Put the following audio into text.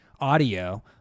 audio